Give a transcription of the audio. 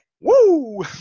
Woo